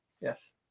yes